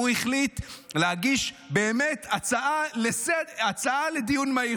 הוא החליט להגיש באמת הצעה לדיון מהיר